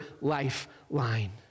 lifeline